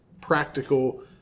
practical